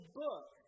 book